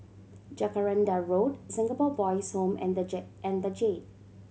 Jacaranda Road Singapore Boys' Home and the and The Jade